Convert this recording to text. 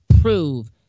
prove